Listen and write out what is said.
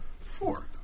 Four